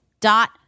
dot